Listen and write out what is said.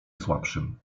słabszym